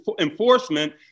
enforcement